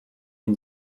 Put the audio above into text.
les